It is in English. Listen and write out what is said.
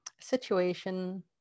situation